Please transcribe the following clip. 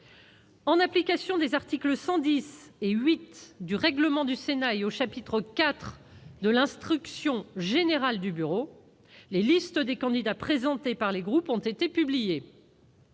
En application des articles 110 et 8 du règlement du Sénat et du chapitre IV de l'instruction générale du Bureau, les listes des candidats présentés par les groupes ont été publiées.